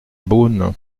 beaune